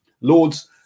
Lord's